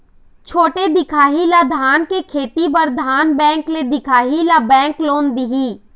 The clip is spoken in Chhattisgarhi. छोटे दिखाही ला धान के खेती बर धन बैंक ले दिखाही ला बैंक लोन दिही?